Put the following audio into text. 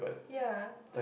ya